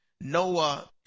Noah